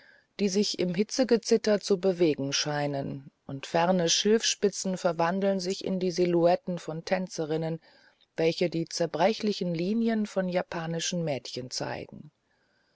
die sich im hitzegezitter zu bewegen scheinen und ferne schilfspitzen verwandeln sich in die silhouetten von tänzerinnen welche die zerbrechlichen linien von japanischen mädchen zeigen